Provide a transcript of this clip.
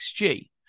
XG